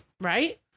Right